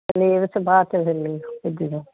syllabus ਬਾਅਦ 'ਚ